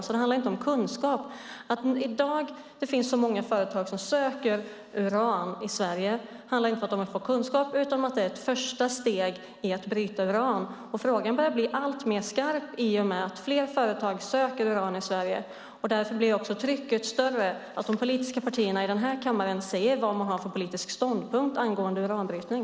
Det handlar därför inte om kunskap. Att det i dag finns så många företag som söker uran i Sverige handlar inte om att de ska få kunskap utan om att det är ett första steg i att bryta uran. Frågan börjar bli alltmer skarp i och med att fler företag söker uran i Sverige. Därför blir också trycket större på att de politiska partierna i denna kammare säger vad de har för politisk ståndpunkt angående uranbrytning.